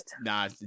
Nah